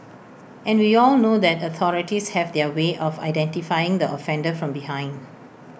and we all know that authorities have their way of identifying the offender from behind